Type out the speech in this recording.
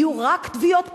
יהיו רק תביעות פליליות.